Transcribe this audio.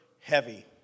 heavy